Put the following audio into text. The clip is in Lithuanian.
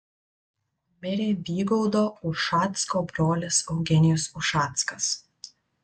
mirė vygaudo ušacko brolis eugenijus ušackas